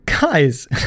Guys